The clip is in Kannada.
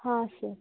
ಹಾಂ ಸರ್